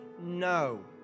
No